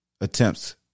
attempts